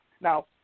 Now